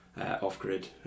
off-grid